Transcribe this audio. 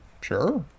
sure